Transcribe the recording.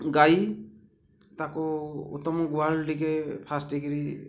ଗାଈ ତାକୁ ଉତ୍ତମ ଗୁହାଳ ଟିକେ ଫାର୍ଷ୍ଟ କରି